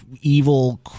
evil